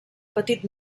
petit